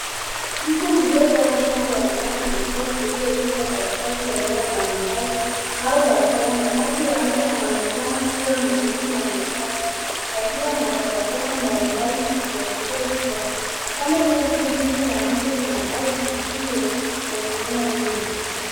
Mto mdogo au mkondo wa maji chafu uliopita katikati ya eneo la makazi au la viwanda. Maji ya mto yanaonekana kuwa meusi na machafu, yakiwa na takataka mbalimbali zikielea juu yake. Pande zote mbili za mto kuna ardhi isiyo na mimea mengi.